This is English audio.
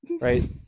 Right